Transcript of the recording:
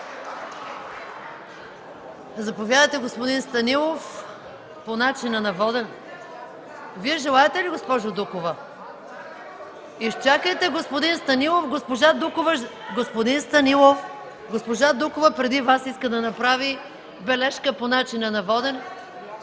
Заповядайте, господин Станилов, по начина на водене. (Реплики.) Вие желаете ли, госпожо Дукова? Изчакайте, господин Станилов. Госпожа Дукова преди Вас иска да направи бележка по начина на водене.